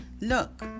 Look